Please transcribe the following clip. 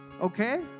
Okay